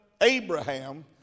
Abraham